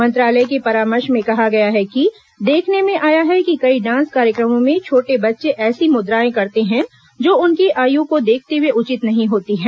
मंत्रालय के परामर्श में कहा गया है कि देखने में आया है कि कई डांस कार्यक्रमों में छोटे बच्चे ऐसी मुद्राएं करते हैं जो उनकी आय को देखते हुए उचित नहीं होती हैं